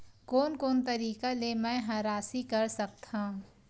कोन कोन तरीका ले मै ह राशि कर सकथव?